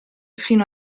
fino